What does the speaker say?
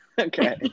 okay